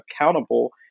accountable